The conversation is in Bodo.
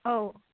औ